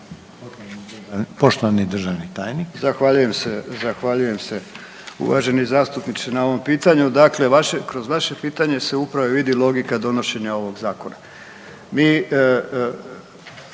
Poštovani državni tajnik.